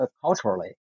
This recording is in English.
culturally